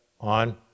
on